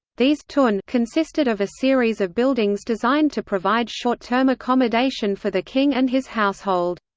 these tun consisted of a series of buildings designed to provide short-term accommodation for the king and his household.